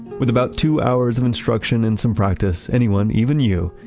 with about two hours of instruction and some practice, anyone, even you,